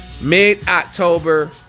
Mid-October